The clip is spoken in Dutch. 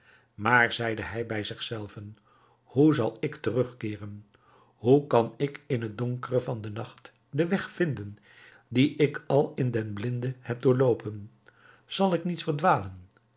maar zeide hij bij zich zelven hoe zal ik terugkeeren hoe kan ik in het donkere van den nacht den weg vinden dien ik al in den blinden heb doorloopen zal ik niet verdwalen